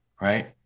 right